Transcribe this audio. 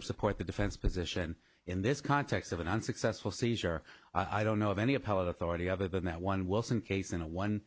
support the defense position in this context of an unsuccessful seizure i don't know of any of how it authority other than that one wilson case in a one